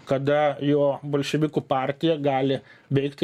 kada jo bolševikų partija gali veikti